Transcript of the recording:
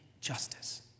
justice